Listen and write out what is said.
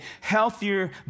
healthier